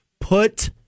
Put